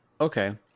okay